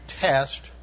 test